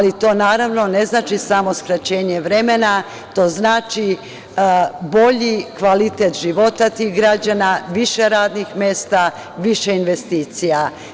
To, naravno, ne znači samo skraćenje vremena, to znači bolji kvalitet života tih građana, više radnih mesta, više investicija.